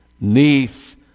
neath